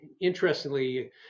interestingly